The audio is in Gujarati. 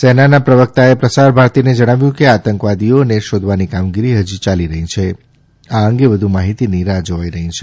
સેનાના પ્રવક્તાએ પ્રસાર ભારતીને જણાવ્યું કે આતંકવાદીઓને શોધવાની કામગીર હજી ચાલુ છે ને આ અંગે વધુ માહિતીની રાહ્ જોવાઈ રહી છે